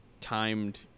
timed